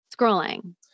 scrolling